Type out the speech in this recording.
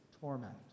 torment